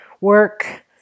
work